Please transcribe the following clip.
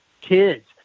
kids